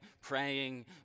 praying